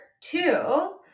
two